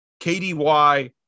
KDY